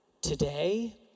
Today